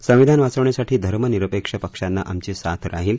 संविधान वाचवण्यासाठी धर्मनिरपेक्ष पक्षाना आमची साथ राहिल